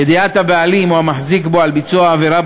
ידיעת הבעלים או המחזיק בו על ביצוע עבירה